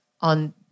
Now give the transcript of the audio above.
on